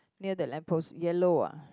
near the lamp post yellow ah